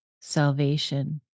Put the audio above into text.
salvation